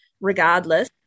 regardless